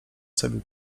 sobie